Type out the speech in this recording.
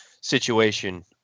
situation